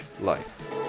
life